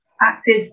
active